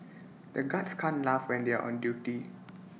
the guards can't laugh when they are on duty